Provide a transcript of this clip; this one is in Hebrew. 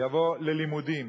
יבוא "ללימודים".